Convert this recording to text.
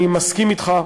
אני מסכים אתך,